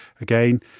again